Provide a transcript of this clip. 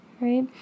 right